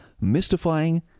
mystifying